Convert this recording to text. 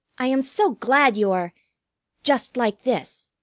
i am so glad you are just like this.